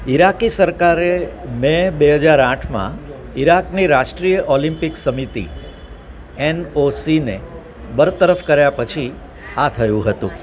Iraqi સરકારે May બે હજાર આઠમાં ઇરાકની રાષ્ટ્રીય ઓલિમ્પિક સમિતિ એનઓસીને બરતરફ કર્યા પછી આ થયું હતું